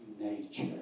nature